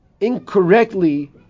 incorrectly